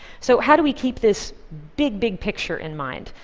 so how do we keep this big, big picture in mind?